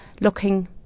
looking